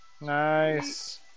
Nice